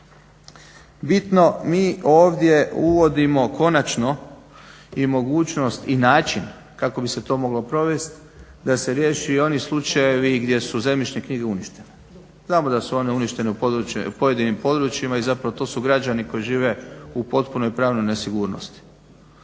bitno mi ovdje uvodimo konačno i mogućnost i način kako bi se to moglo provesti da se riješe oni slučajevi gdje su zemljišne knjige uništene. Znamo da su one uništene u pojedinim područjima i to su građani koji žive u potpunoj pravnoj nesigurnosti